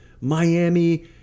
Miami